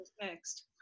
next